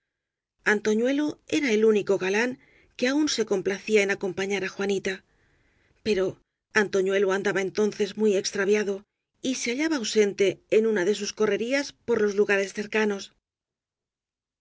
público antoñuelo era el único galán que aun se complacía en acompañar á juanita pero antoñuelo andaba entonces muy extraviado y se hallaba au sente en una de sus correrías por los lugares